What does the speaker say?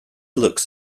looks